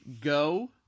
go